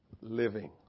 living